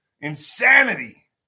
Insanity